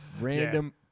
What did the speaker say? random